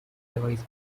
device